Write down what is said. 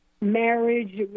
marriage